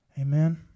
Amen